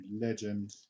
legend